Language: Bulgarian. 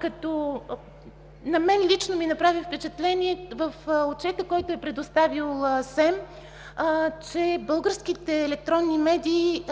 като на мен лично ми направи впечатление в отчета, който е предоставил СЕМ, че българските електронни медии,